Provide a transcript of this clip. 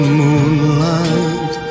moonlight